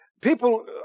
people